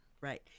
Right